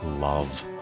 love